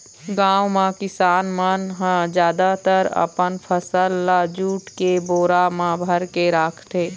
गाँव म किसान मन ह जादातर अपन फसल ल जूट के बोरा म भरके राखथे